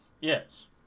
Yes